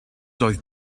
doedd